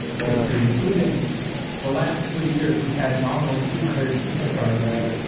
history, including the last three years we have had nominally two hundred kindergartners,